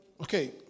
Okay